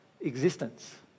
existence